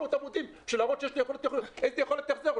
עמודים כדי להראות שיש לו יכולת החזר.